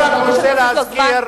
אני רוצה להזכיר